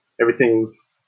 Everything's